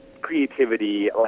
creativity